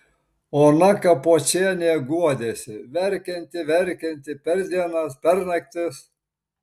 ona kapočienė guodėsi verkianti verkianti per dienas per naktis